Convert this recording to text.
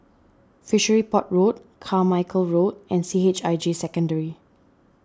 Fishery Port Road Carmichael Road and C H I J Secondary